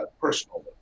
personally